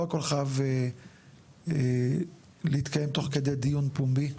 לא הכול חייב להתקיים תוך כדי דיון פומבי,